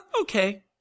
okay